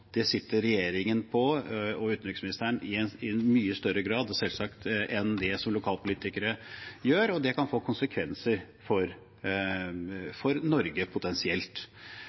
Det sitter regjeringen og utenriksministeren på i mye større grad, selvsagt, enn det lokalpolitikere gjør, og det kan potensielt få konsekvenser for Norge.